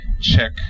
check